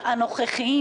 הנוכחיים?